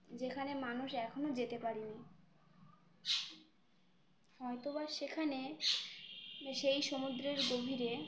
যেখানে মানুষ এখনও যেতে পারেনি হয়তো বা সেখানে সেই সমুদ্রের গভীরে